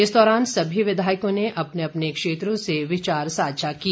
इस दौरान सभी विधायकों ने अपने अपने क्षेत्रों से विचार साझा किए